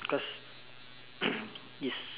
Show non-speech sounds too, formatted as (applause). cause (coughs) it's